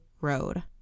road